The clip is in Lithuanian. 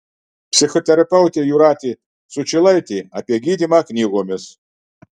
psichoterapeutė jūratė sučylaitė apie gydymą knygomis